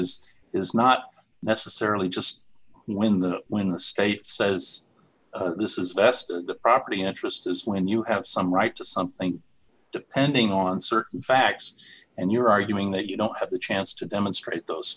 is is not necessarily just when the when the state says this is vested in the property interest as when you have some right to something depending on certain facts and you're arguing that you don't have the chance to demonstrate those